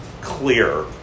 clear